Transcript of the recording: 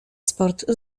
sport